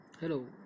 Hello